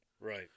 Right